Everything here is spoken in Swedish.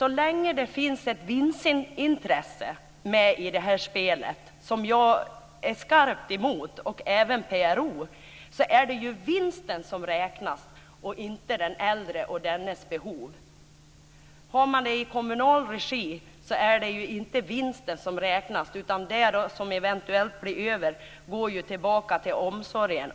Så länge det finns ett vinstintresse med i spelet - vilket både jag och PRO är skarpt emot - så är det vinsten som räknas, och inte den äldre och dennes behov. Har man det hela i kommunal regi så är det inte vinsten som räknas, utan det som eventuellt blir över går tillbaka till omsorgen.